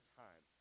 time